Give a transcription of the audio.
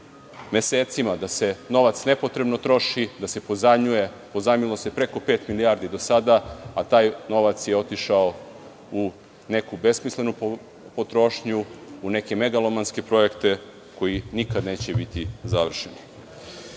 mesecima, da se novac nepotrebno troši, da se pozajmljuje. Pozajmilo se preko pet milijardi do sada, a taj novac je otišao u neku besmislenu potrošnju, u neke megalomanske projekte koji nikada neće biti završeni. Podneo